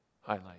highlight